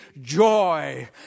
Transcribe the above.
joy